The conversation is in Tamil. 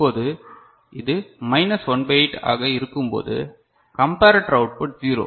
இப்போது இது மைனஸ் 1 பை 8 ஆக இருக்கும்போது கம்பரட்டர் அவுட்புட் 0